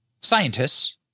scientists